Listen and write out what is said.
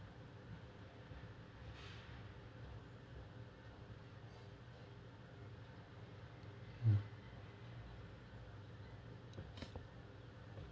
mm